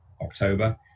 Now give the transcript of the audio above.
October